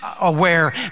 aware